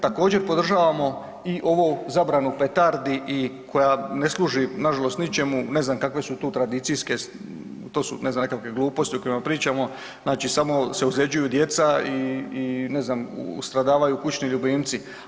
Također podržavamo i ovu zabranu petardi i koja ne služi nažalost ničemu, ne znam kakve su tu tradicijske, to su ne znam, nekakve gluposti o kojima pričamo, znači samo se ozljeđuju djeca i, i ne znam stradavaju kućni ljubimci.